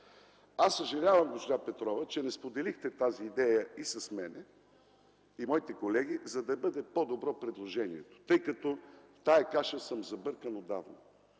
Съжалявам, госпожо Петрова, че не споделихте тази идея с мен и моите колеги, за да бъде по-добро предложението, тъй като в тази каша съм забъркан отдавна.